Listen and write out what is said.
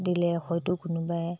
দিলে হয়টো কোনোবাই